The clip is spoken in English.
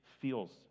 feels